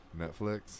Netflix